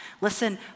Listen